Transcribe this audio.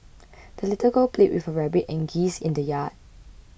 the little girl played with her rabbit and geese in the yard